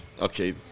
Okay